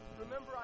Remember